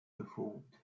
performed